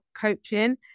Coaching